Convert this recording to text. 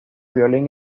violín